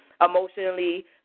emotionally